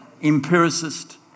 Empiricist